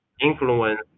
influence